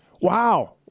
Wow